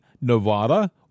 Nevada